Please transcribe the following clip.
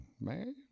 man